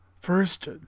first